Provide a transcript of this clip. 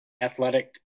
athletic